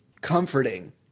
comforting